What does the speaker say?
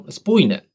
spójne